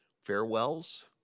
farewells